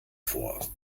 vor